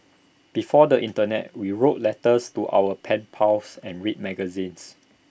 before the Internet we wrote letters to our pen pals and read magazines